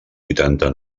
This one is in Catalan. vuitanta